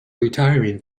retiring